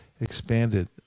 expanded